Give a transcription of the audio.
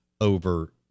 over